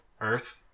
Earth